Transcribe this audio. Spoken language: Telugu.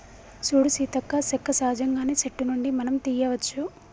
సూడు సీతక్క సెక్క సహజంగానే సెట్టు నుండి మనం తీయ్యవచ్చు